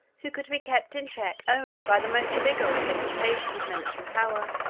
who could be kept in check only by the most vigorous exertion of military power.